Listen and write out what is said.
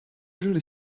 really